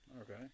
Okay